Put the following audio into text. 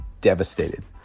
devastated